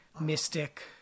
mystic